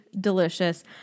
delicious